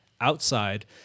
outside